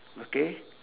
okay